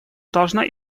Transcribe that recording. должна